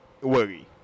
Worry